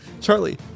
Charlie